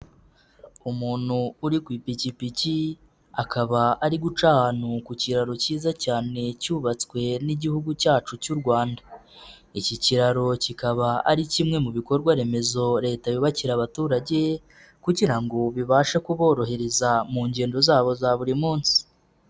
Umuntu uri ku ipikipiki ,akaba ari guca ahantu ku kiraro cyiza cyane cyubatswe n'igihugu cyacu cy'u Rwanda, iki kiraro kikaba ari kimwe mu bikorwa remezo leta yubakira abaturage, kugira ngo bibashe kuborohereza mu ngendo zabo za buri munsi.